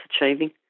achieving